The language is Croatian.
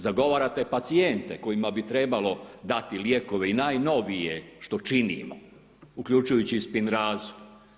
Zagovarate pacijente kojima bi trebalo dati lijekove i najnovije, što činimo, uključujući i spinrazu.